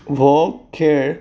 हो खेळ